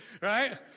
right